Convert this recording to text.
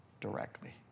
directly